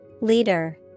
Leader